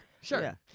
Sure